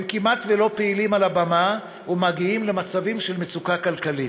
הם כמעט ולא פעילים על הבמה ומגיעים למצבים של מצוקה כלכלית?